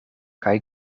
kaj